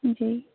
جی